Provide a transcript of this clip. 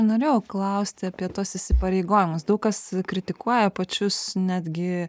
norėjau klausti apie tuos įsipareigojimus daug kas kritikuoja pačius netgi